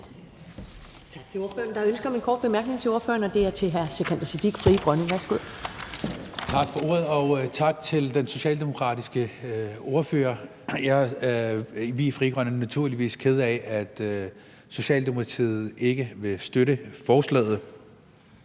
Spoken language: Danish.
til ordføreren. Der er ønske om en kort bemærkning til ordføreren, og det er fra hr. Sikandar Siddique, Frie Grønne. Værsgo. Kl. 12:02 Sikandar Siddique (FG): Tak for ordet, og tak til den socialdemokratiske ordfører. Vi er i Frie Grønne naturligvis kede af, at Socialdemokratiet ikke vil støtte forslaget.